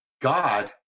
God